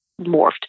morphed